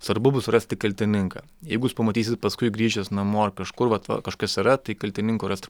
svarbu bus surasti kaltininką jeigu jūs pamatysit paskui grįžęs namo ar kažkur vat va kažkas yra tai kaltininko rast